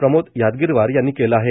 प्रमोद यादगिरवार यांनी केला आहे